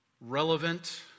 relevant